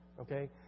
Okay